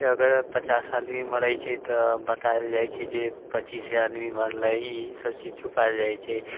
अगर पचास आदमी मरैत छै तऽ बताएल जाइत छै जे पच्चीसे आदमी मरलै ई सभ चीज छुपायल जाइत छै